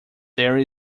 there